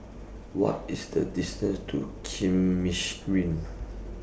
What IS The distance to Kismis Green